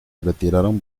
retiraron